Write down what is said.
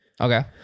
Okay